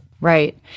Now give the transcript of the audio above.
right